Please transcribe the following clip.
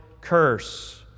curse